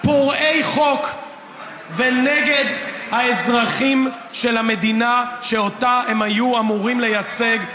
פורעי חוק ונגד האזרחים של המדינה שאותה הם היו אמורים לייצג,